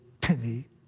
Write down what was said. penny